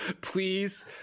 please